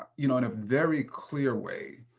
you know in a very clear way